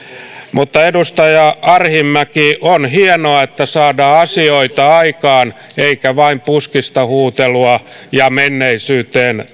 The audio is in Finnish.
mutta edustaja arhinmäki on hienoa että saadaan asioita aikaan eikä vain puskista huutelua ja menneisyyteen